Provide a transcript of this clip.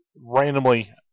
randomly